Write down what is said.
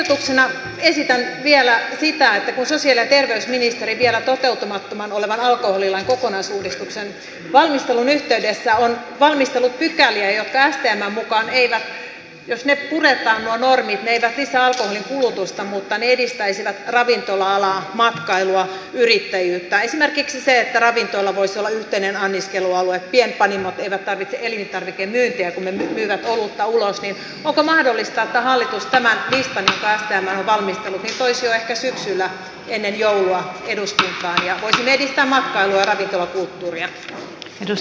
ehdotuksena esitän vielä sitä että kun sosiaali ja terveysministeri vielä toteutumattomana olevan alkoholilain kokonaisuudistuksen valmistelun yhteydessä on valmistellut pykäliä jotka stmn mukaan eivät jos ne puretaan nuo normit lisää alkoholin kulutusta mutta jotka edistäisivät ravintola alaa matkailua yrittäjyyttä esimerkiksi se että ravintola voisi olla yhteinen anniskelualue pienpanimot eivät tarvitse elintarvikemyyntiä kun ne myyvät olutta ulos niin onko mahdollista että hallitus tämän listan jonka stm on valmistellut toisi jo ehkä syksyllä ennen joulua eduskuntaan ja voisimme edistää matkailua ja ravintolakulttuuria